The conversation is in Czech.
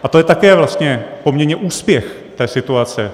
A to je také vlastně poměrně úspěch té situace.